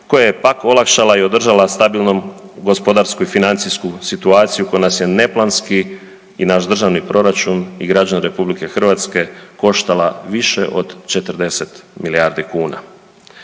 koje je pak olakšala i održala stabilnom gospodarsku i financijsku situaciju koja nas je neplanski i naš državni proračun i građane RH koštala više od 40 milijardi kuna.